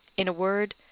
in a word,